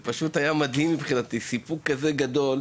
זה היה סיפוק כזה גדול,